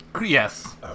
Yes